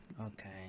Okay